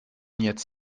jetzt